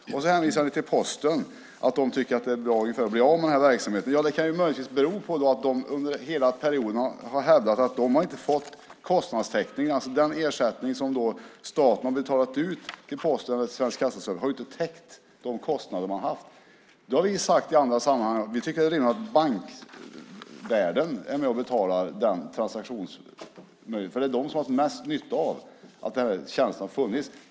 Sedan hänvisar ni till att Posten tycker att det är bra att bli av med den här verksamheten. Ja, det kan möjligtvis bero på att de under hela perioden, som de hävdat, inte har fått kostnadstäckning. Den ersättning som staten har betalat ut till Posten och Svensk Kassaservice har inte täckt de kostnader man haft. Då har vi i andra sammanhang sagt att vi tycker att det är rimligt att bankvärlden är med och betalar den transaktionsmöjligheten, för det är de som har haft mest nytta av att den tjänsten har funnits.